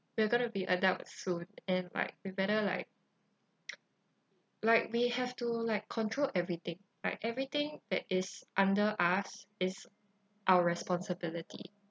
we're gonna be adults soon and like we better like like we have to like control everything like everything that is under us is our responsibility